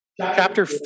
chapter